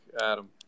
adam